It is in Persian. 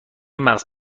مغر